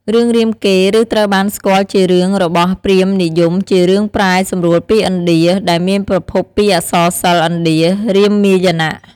រឿងរាមកេរ្តិ៍ ឬត្រូវបានស្គាល់ជារឿងរបស់ ព្រាហ្មណ៍និយម ជារឿងប្រែសម្រួលពីឥណ្ឌា ដែលមានប្រភពពីអក្សរសិល្ប៍ឥណ្ឌា "រាមាយណៈ"។